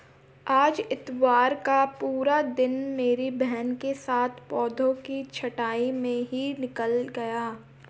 आज इतवार का पूरा दिन मेरी बहन के साथ पौधों की छंटाई में ही निकल गया